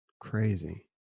Crazy